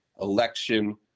election